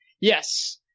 Yes